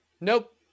Nope